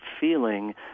feeling